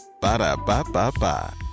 Ba-da-ba-ba-ba